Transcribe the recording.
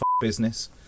business